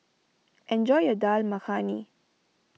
enjoy your Dal Makhani